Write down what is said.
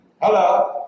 Hello